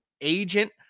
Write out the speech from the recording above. agent